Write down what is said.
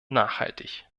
nachhaltig